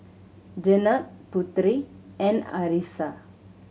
Jenab Putri and Arissa